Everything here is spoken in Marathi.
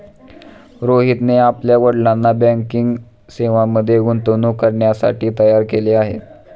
रोहितने आपल्या वडिलांना बँकिंग सेवांमध्ये गुंतवणूक करण्यासाठी तयार केले आहे